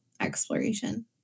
exploration